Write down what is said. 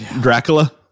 Dracula